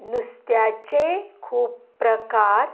नुस्त्याचे खूब प्रकार